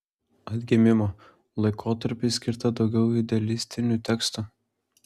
atgimimo laikotarpiui skirta daugiau idealistinių tekstų